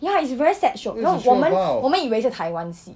ya it's a very sad show no 我们我们以为是台湾戏